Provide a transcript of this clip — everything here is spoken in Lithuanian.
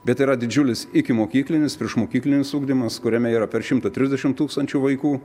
bet yra didžiulis ikimokyklinis priešmokyklinis ugdymas kuriame yra per šimtą trisdešimt tūkstančių vaikų